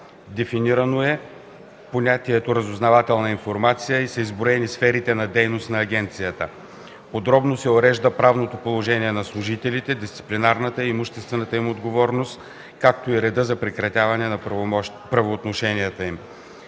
Дефинирано е понятието „разузнавателна информация” и са изброени сферите на дейност на агенцията. Подробно се урежда правното положение на служителите, дисциплинарната и имуществената им отговорност, както и реда за прекратяване на правоотношенията им.